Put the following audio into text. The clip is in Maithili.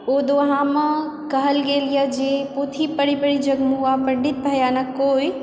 ओ दोहामे कहल गेलए जे पोथी पढ़ि पढ़ि जग मुआ पण्डित भया न कोई